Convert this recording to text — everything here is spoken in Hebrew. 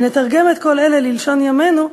אם נתרגם את כל אלה ללשון ימינו,